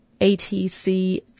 ATC